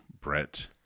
Brett